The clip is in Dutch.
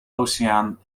oceaan